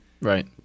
Right